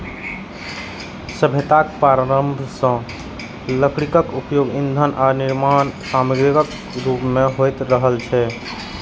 सभ्यताक प्रारंभे सं लकड़ीक उपयोग ईंधन आ निर्माण समाग्रीक रूप मे होइत रहल छै